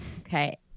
okay